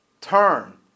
turn